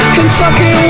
Kentucky